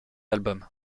album